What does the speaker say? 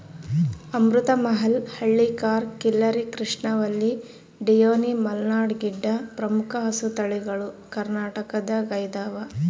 ಅಮೃತ ಮಹಲ್ ಹಳ್ಳಿಕಾರ್ ಖಿಲ್ಲರಿ ಕೃಷ್ಣವಲ್ಲಿ ಡಿಯೋನಿ ಮಲ್ನಾಡ್ ಗಿಡ್ಡ ಪ್ರಮುಖ ಹಸುತಳಿಗಳು ಕರ್ನಾಟಕದಗೈದವ